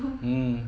mm